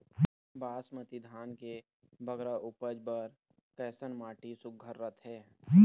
बासमती धान के बगरा उपज बर कैसन माटी सुघ्घर रथे?